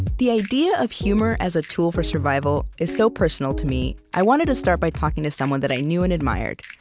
the idea of humor as a tool for survival is so personal to me, i wanted to start by talking to someone that i knew and admired,